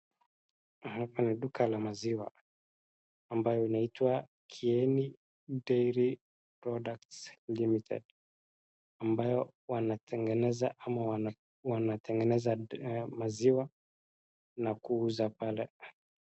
Hapa ni duka la maziwa ambayo inaitwa Kieni Dairy Products LTD ambayo wanategeneza ama wanategeneza maziwa na kuuza pale.